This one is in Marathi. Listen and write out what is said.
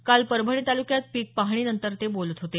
काल परभणी तालुक्यात पीक पाहणीनंतर ते बोलत होते